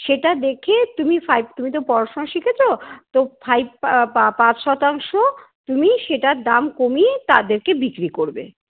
সেটা দেখে তুমি ফাইভ তুমি তো পড়াশোনা শিখেছো তো ফাইভ পা পা পাঁচ শতাংশ তুমি সেটার দাম কমিয়ে তাদেরকে বিক্রি করবে